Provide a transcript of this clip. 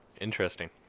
Interesting